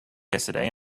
yesterday